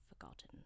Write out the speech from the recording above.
forgotten